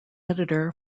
editor